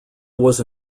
was